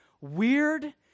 weird